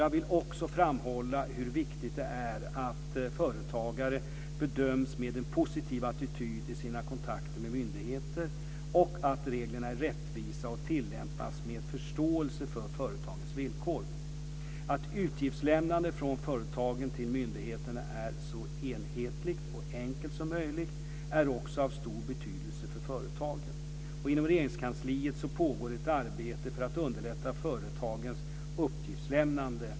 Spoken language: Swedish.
Jag vill också framhålla hur viktigt det är att företagare bemöts med en positiv attityd i sina kontakter med myndigheter och att reglerna är rättvisa och tillämpas med förståelse för företagens villkor. Att uppgiftslämnandet från företagen till myndigheterna är så enhetligt och enkelt som möjligt är också av stor betydelse för företagen. Inom Regeringskansliet pågår ett arbete för att underlätta företagens uppgiftslämnande.